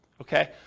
okay